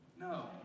No